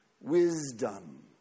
wisdom